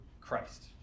Christ